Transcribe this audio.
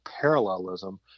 parallelism